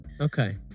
Okay